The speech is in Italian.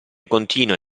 continua